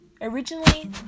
Originally